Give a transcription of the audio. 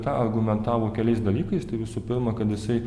tą argumentavo keliais dalykais tai visų pirma kad jisai